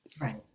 right